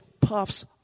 puffs